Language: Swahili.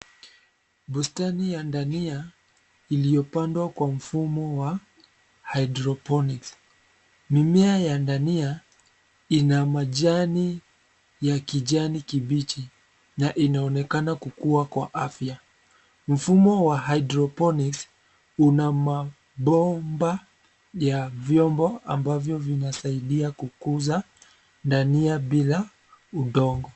Bustani ya dania, iliyopandwa kwa mfumo wa, hydroponics . Mimea ya dania, ina majani, ya kijani kibichi, na inaonekana kukuwa kwa afya. Mfumo wa hydroponics , una ma, bomba, ya vyombo ambavyo vinasaidia kukuza, dania bila, udongo.